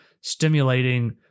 stimulating